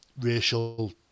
racial